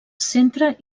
centre